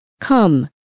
come